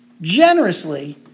Generously